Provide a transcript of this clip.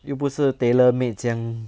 又不是 tailor made 这样